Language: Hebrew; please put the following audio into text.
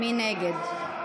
מי נגד?